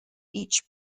each